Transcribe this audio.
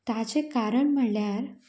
ताजें कारण म्हळ्ळ्यार